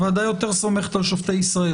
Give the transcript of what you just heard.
הוועדה יותר סומכת על שופטי ישראל